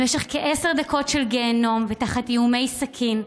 במשך כעשר דקות של גיהינום ותחת איומי סכין,